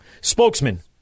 spokesman